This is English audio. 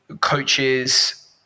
coaches